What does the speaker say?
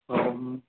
और